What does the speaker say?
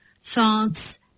thoughts